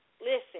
Listen